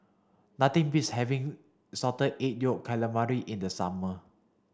nothing beats having salted egg yolk calamari in the summer